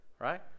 Right